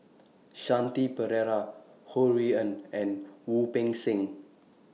Shanti Pereira Ho Rui An and Wu Peng Seng